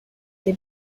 they